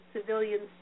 civilians